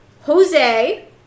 Jose